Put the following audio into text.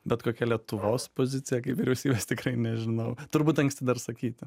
bet kokia lietuvos pozicija kaip vyriausybės tikrai nežinau turbūt anksti dar sakyti